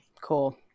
Cool